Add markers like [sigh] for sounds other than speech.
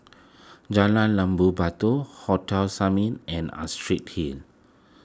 [noise] Jalan Jambu Batu Hotel Summit and Astrid Hill